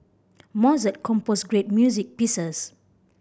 Mozart composed great music pieces